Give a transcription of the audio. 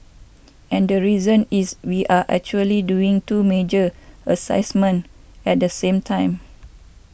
and the reason is we are actually doing two major assignments at the same time